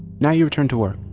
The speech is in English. now you return to work.